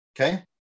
Okay